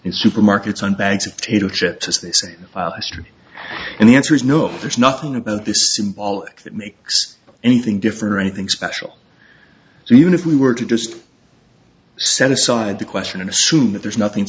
in supermarkets and bags of potato chips as they say and the answer is no there's nothing about this symbolic that makes anything different or anything special even if we were to just set aside the question and assume that there's nothing